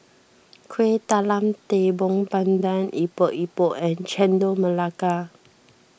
Kuih Talam Tepong Pandan Epok Epok and Chendol Melaka